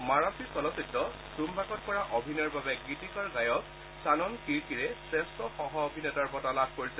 মাৰাঠী চলচ্চিত্ৰ চুমবাকত কৰা অভিনয়ৰ বাবে গীতিকাৰ গায়ক স্বনন্দ কিৰকিৰেক শ্ৰেষ্ঠ সহ অভিনেতাৰ বঁটা লাভ কৰিছে